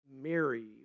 Mary